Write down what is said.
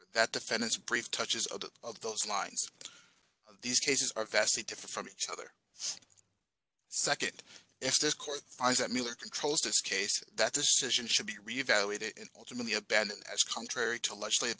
that defendants brief touches of those lines these cases are vastly different from each other second if this court finds that miller controls this case that decision should be reevaluated ultimately a bad as contrary to legislate